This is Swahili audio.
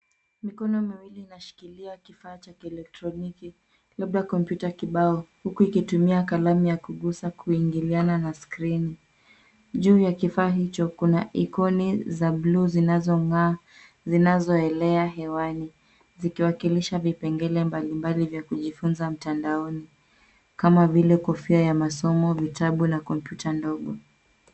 Mikono miwili inashikilia kifaa cha kielektroniki labda kopyuta kibao uku ikitumia kalamu ya kugusa na kuingiliana na scrini. Juu ya kifaa hicho kuna hiconi za buluu zinazong'aa zinazoelea hewani zikiwakilisha vipengele mbalimbali vya kujifuza mtandaoni kama vile kofia ya masomo, vitabu na kopyuta dogo.